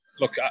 look